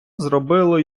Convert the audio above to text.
зробило